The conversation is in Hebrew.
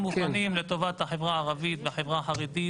אנחנו מוכנים לטובת החברה הערבית והחברה החרדית